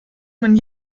man